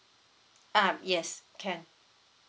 ah yes can